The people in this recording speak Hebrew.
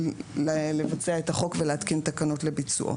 לבצע את החוק ולהתקין תקנות לביצועו.